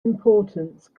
importance